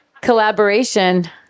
Collaboration